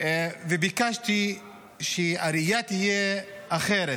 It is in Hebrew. וביקשתי שהראייה תהיה אחרת.